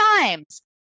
times